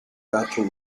patrol